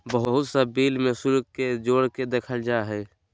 बहुत सा बिल में शुल्क के जोड़ के देखल जा हइ